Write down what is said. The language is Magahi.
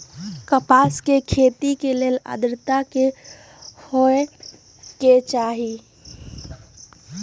कपास के खेती के लेल अद्रता की होए के चहिऐई?